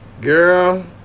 Girl